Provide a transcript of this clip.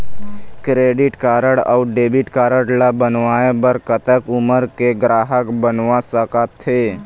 Credit card अऊ debit card ला बनवाए बर कतक उमर के ग्राहक बनवा सका थे?